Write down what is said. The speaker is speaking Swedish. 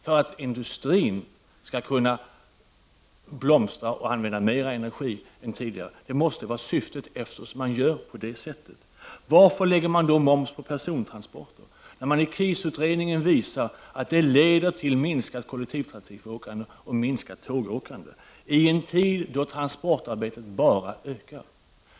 För att industrin skall kunna blomstra och använda mer energi än tidigare? Det måste vara syftet, eftersom man gör på det sättet. Varför lägger man moms på persontransporter, när det i krisutredningen visas att det leder till minskat kollektivtrafikåkande och tågåkande, i en tid då transportarbetet bara ökar?